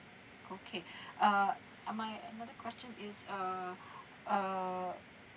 okay uh and my another question is uh err